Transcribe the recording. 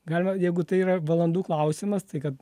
galima jeigu tai yra valandų klausimas tai kad